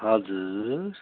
हजुर